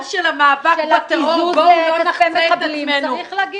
של המאבק בטרור בואו לא נחצה את עצמנו לפי זה.